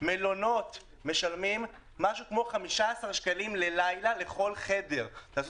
מלונות משלמים 15 שקלים ללילה לכל חדר תעשו